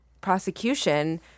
prosecution